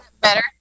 Better